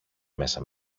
μέσα